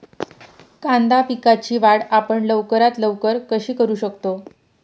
कांदा पिकाची वाढ आपण लवकरात लवकर कशी करू शकतो?